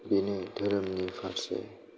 बेनो धोरोमनि फारसे